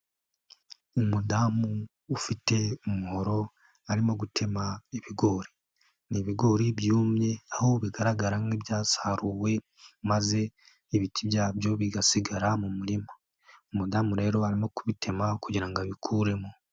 Umudamu ufite umuhoro arimo gutema ibigori. Ni ibigori byumye aho bigaragara nk'ibyasaruwe maze ibiti byabyo bigasigara mu murima. Umudamu rero arimo kubitema kugira ngo abikuremo.